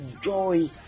joy